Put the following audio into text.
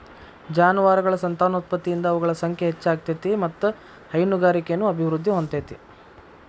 ಜಾನುವಾರಗಳ ಸಂತಾನೋತ್ಪತ್ತಿಯಿಂದ ಅವುಗಳ ಸಂಖ್ಯೆ ಹೆಚ್ಚ ಆಗ್ತೇತಿ ಮತ್ತ್ ಹೈನುಗಾರಿಕೆನು ಅಭಿವೃದ್ಧಿ ಹೊಂದತೇತಿ